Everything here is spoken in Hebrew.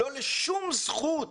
לא לשום זכות